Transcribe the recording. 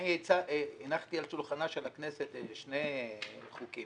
אני הנחתי על שולחנה של הכנסת שני חוקים